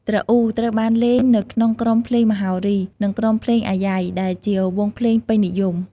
ទ្រអ៊ូត្រូវបានលេងនៅក្នុងក្រុមភ្លេងមហោរី និងក្រុមភ្លេងអាយ៉ៃ ដែលជាវង់ភ្លេងពេញនិយម។